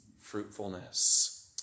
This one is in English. fruitfulness